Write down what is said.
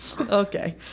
Okay